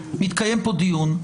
מתקיים כאן דיון,